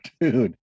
dude